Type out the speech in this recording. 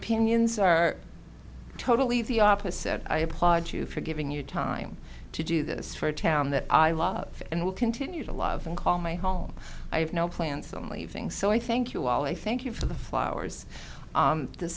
opinions are totally the opposite i applaud you for giving you time to do this for a town that i love and will continue to lie don't call my home i have no plans on leaving so i thank you all i thank you for the flowers